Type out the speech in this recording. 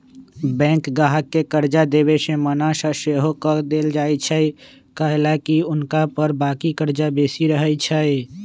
bank गाहक के कर्जा देबऐ से मना सएहो कऽ देएय छइ कएलाकि हुनका ऊपर बाकी कर्जा बेशी रहै छइ